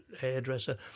hairdresser